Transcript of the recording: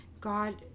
God